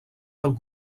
del